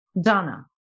Donna